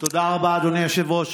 תודה רבה, אדוני היושב-ראש.